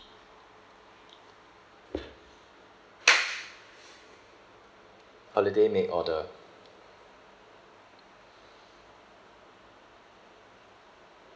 holiday make order